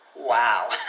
Wow